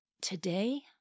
today